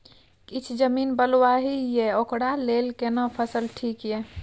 किछ जमीन बलुआही ये ओकरा लेल केना फसल ठीक ये?